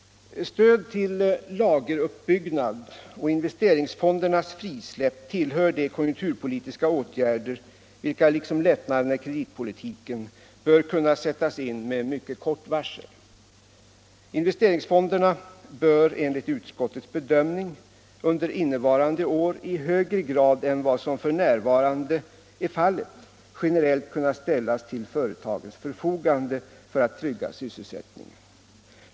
Stöd till lageruppbyggnad och investeringsfondernas frisläpp tillhör de konjunkturpolitiska åtgärder vilka, liksom lättnaderna i kreditpolitiken, bör kunna sättas in med mycket kort varsel. Investeringsfonderna bör enligt utskottets bedömning under innevarande år i högre grad än vad som f.n. är fallet generellt kunna ställas till företagens förfogande för att trygga sysselsättningen.